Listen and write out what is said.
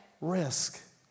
risk